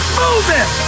moving